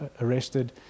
arrested